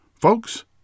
Folks